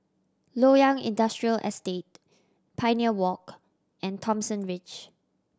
Loyang Industrial Estate Pioneer Walk and Thomson Ridge